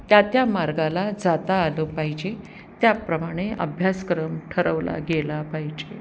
त्या त्या मार्गाला जाता आलं पाहिजे त्याप्रमाणे अभ्यासक्रम ठरवला गेला पाहिजे